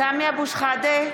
סמי אבו שחאדה,